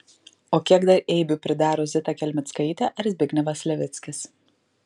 o kiek dar eibių pridaro zita kelmickaitė ar zbignevas levickis